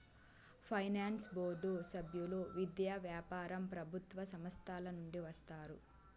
finance board సభ్యులు విద్య, వ్యాపారం ప్రభుత్వ సంస్థల నుండి వస్తారు